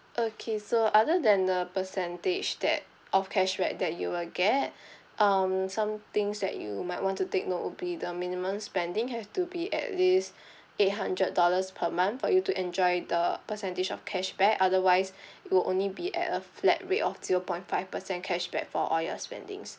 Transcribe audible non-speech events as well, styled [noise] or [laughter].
okay so other than the percentage that of cashback that you will get [breath] um some things that you might want to take note would be the minimum spending have to be at least [breath] eight hundred dollars per month for you to enjoy the percentage of cashback otherwise [breath] it will only be at a flat rate of zero point five percent cashback for all your spendings